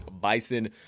Bison